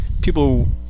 people